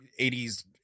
80s